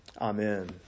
Amen